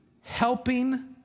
helping